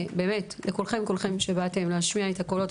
לכל האימהות ולכולכם שבאתם להשמיע את הקולות.